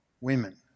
women